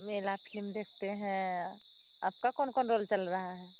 मेला film देखते हैं आपका कौन कौन रोल चल रहा है